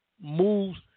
moves